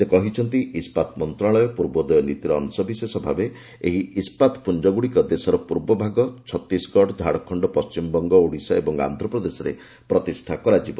ସେ କହିଛନ୍ତି ଇସ୍କାତ ମନ୍ତ୍ରଣାଳୟ ପୂର୍ବୋଦୟ ନୀତିର ଅଶବିଶେଷ ଭାବେ ଏହି ଇସ୍କାତ ପୁଞ୍ଜଗୁଡ଼ିକ ଦେଶର ପୂର୍ବଭାଗ ଛତିଶଗଡ଼ ଝାଡ଼ଖଣ୍ଡ ପଶ୍ଚିମବଙ୍ଗ ଓଡ଼ିଶା ଏବଂ ଆନ୍ଧ୍ରପ୍ରଦେଶରେ ପ୍ରତିଷ୍ଠା କରାଯିବ